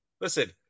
listen